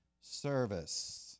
service